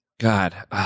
God